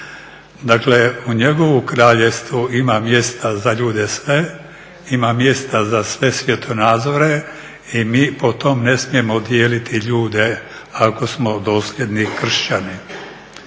Dakle, u njegovu kraljevstvu ima mjesta za ljude sve, ima mjesta za sve svjetonazore i mi po tom ne smijemo dijeliti ljude ako smo dosljedni Kršćani.